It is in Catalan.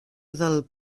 del